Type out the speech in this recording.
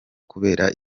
kubera